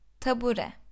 tabure